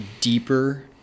deeper